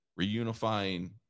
reunifying